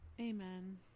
Amen